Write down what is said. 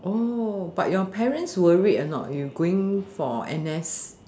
but your parents worried or not you going for N_S